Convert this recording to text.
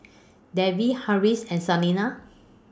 Devi Haresh and Saina